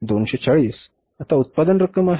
240 आता उत्पादन रक्कम आहे